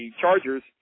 Chargers